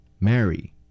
Mary